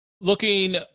looking